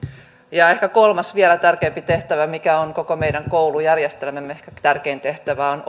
ja kolmas vielä tärkeämpi tehtävä joka on koko meidän koulujärjestelmämme ehkä tärkein tehtävä on